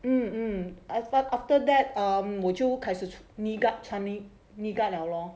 mm I felt after that um 我就开始 knee guard 穿 knee knee guard 了 lor